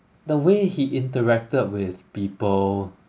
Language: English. the way he interacted with people